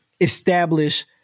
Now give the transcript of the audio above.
establish